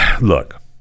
look